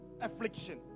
affliction